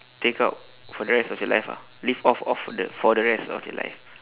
take out for the rest of your life ah live off of for the for the rest of the life